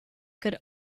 could